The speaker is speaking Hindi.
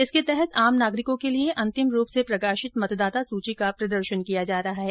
इसके तहत आम नागरिको के लिए अन्तिम रूप से प्रकाशित मतदाता सूची का प्रदर्शन किया जा रहा है